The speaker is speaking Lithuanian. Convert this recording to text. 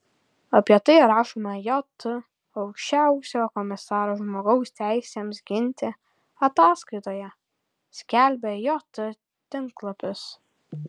apie tai rašoma jt aukščiausiojo komisaro žmogaus teisėms ginti ataskaitoje skelbia jt tinklapis